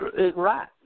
Right